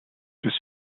des